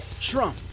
Trump